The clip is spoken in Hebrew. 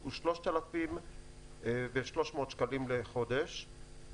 הוא 3,300 שקלים לחודש.